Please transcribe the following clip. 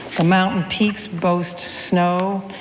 the mountain peaks boast snow.